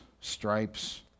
stripes